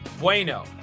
bueno